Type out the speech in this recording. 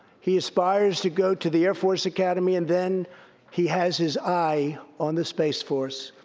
he aspires to go to the air force academy, and then he has his eye on the space force.